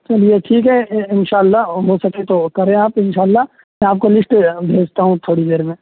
چلیے ٹھیک ہے ان شاء اللہ ہو سکے تو کریں آپ ان شاء اللہ آپ کو لیسٹ بھیجتا ہوں تھوڑی دیر میں